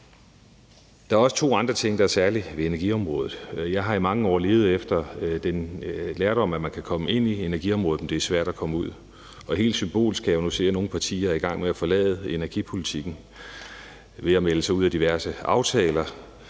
Der er også to andre ting, der er særlige ved energiområdet. Jeg har i mange år levet efter den lærdom, at man kan komme ind i energiområdet, men at det er svært at komme ud. Helt symbolsk kan jeg nu se, at nogle partier er i gang med at forlade energipolitikken ved at melde sig ud af diverse aftaler.